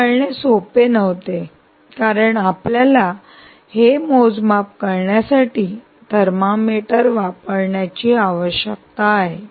हे करणे सोपे नव्हते कारण आपल्याला हे मोजमाप करण्यासाठी थर्मामीटर वापरण्याची आवश्यकता आहे